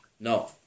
No